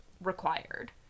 required